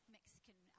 Mexican